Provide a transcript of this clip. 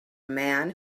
man